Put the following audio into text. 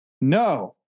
No